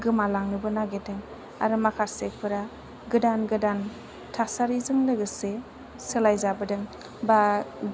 गोमालांनोबो नागिरदों आरो माखासेफोरा गोदान गोदान थासारिजों लोगोसे सोलाय जाबोदों बा